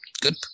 Good